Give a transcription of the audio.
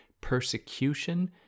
persecution